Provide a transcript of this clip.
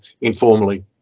informally